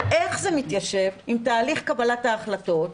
איך זה מתיישב עם תהליך קבלת ההחלטות,